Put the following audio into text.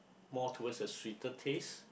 more towards a sweeter taste